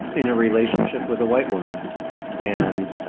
in a relationship with a white woman and